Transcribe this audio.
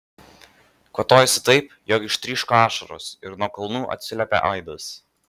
kvatojosi taip jog ištryško ašaros ir nuo kalnų atsiliepė aidas